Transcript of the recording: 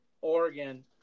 Oregon